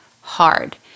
hard